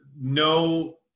no